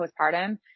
postpartum